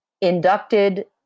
inducted